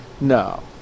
No